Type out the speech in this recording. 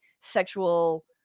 Sexual